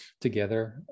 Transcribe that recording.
together